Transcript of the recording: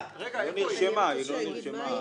לסעיף 12א לא נתקבלה.